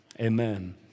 Amen